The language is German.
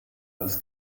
als